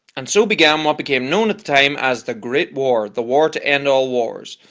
and so began what became known at the time as the great war the war to end all wars!